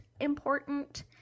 important